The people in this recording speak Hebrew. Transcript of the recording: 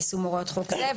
על יישום הוראות חוק זה.